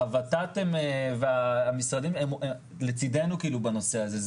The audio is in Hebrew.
הות"ת והמשרדים הם לצידנו בנושא הזה.